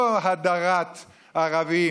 לא הדרת ערבים,